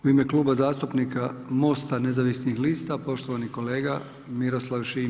U ime Kluba zastupnika Mosta nezavisnih lista poštovani kolega Miroslav Šimić.